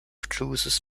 chooses